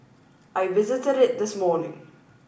I visited it this morning